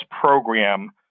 Program